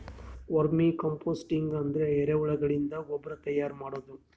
vermi composting ಅಂದ್ರ ಎರಿಹುಳಗಳಿಂದ ಗೊಬ್ರಾ ತೈಯಾರ್ ಮಾಡದು